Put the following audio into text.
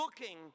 looking